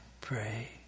pray